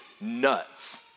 nuts